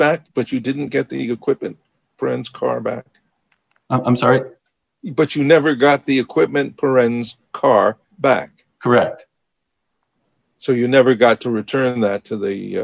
back but you didn't get the equipment friend's car back i'm sorry but you never got the equipment for rent car back correct so you never got to return that to the